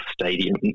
stadium